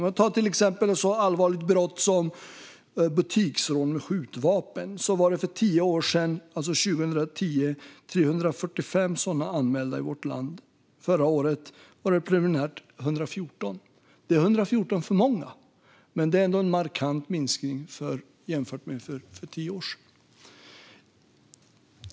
Man kan till exempel ta ett så allvarligt brott som butiksrån med skjutvapen. För tio år sedan, alltså 2010, var 345 sådana brott anmälda i vårt land. Förra året var det preliminärt 114. Det är 114 för många, men det är ändå en markant minskning jämfört med för tio år sedan.